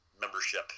membership